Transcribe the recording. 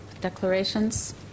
declarations